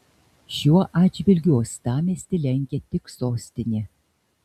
šiuo atžvilgiu uostamiestį lenkia tik sostinė